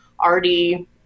already